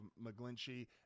McGlinchey